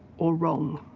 or wrong.